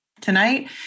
Tonight